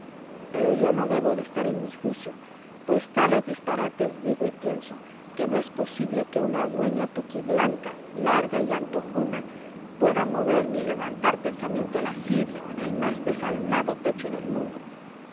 pero yo no debo de estar en mi juicio pues tales disparates digo y pienso que no es posible que una dueña toquiblanca larga y antojuna pueda mover ni levantar pensamiento lascivo en el más desalmado pecho del mundo